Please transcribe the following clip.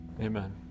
amen